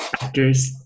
actors